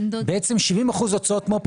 בעצם 70% הוצאות מו"פ,